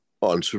on